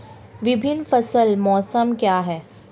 विभिन्न फसल मौसम क्या हैं?